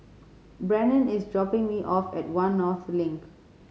Brennen is dropping me off at One North Link